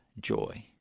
joy